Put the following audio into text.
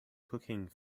cooking